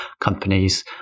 companies